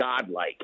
godlike